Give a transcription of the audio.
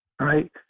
Right